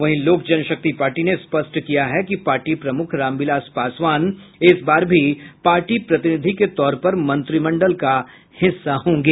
वहीं लोक जनशक्ति पार्टी ने स्पष्ट किया है पार्टी प्रमुख रामविलास पासवान इस बार भी पार्टी प्रतिनिधि के तौर पर मंत्रिमंडल का हिस्सा होंगे